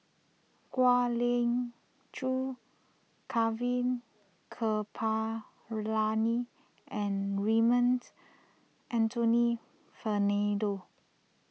Kwek Leng Joo Gaurav Kripalani and Raymond Anthony Fernando